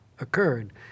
occurred